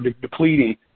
depleting